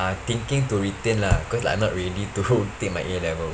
uh I thinking to retain lah cause like I'm not ready to take my A level